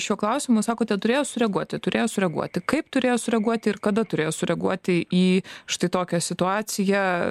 šiuo klausimu sakote turėjo sureaguoti turėjo sureaguoti kaip turėjo sureaguoti ir kada turėjo sureaguoti į štai tokią situaciją